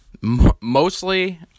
mostly